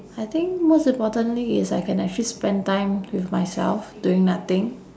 I think most importantly is I can actually spend time with myself doing nothing